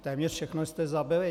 Téměř všechno jste zabili.